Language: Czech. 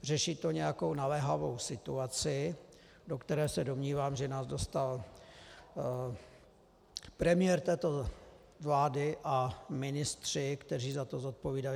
Řeší to nějakou naléhavou situaci, do které se domnívám, že nás dostal premiér této vlády a ministři, kteří za to zodpovídali.